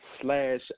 slash